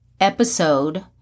episode